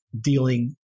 dealing